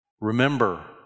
Remember